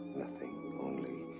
nothing, only.